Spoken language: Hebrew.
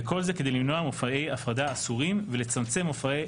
וכל זה כדי למנוע מופעי הפרדה אסורים ולצמצם מופעי